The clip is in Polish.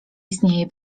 istnieje